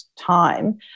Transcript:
time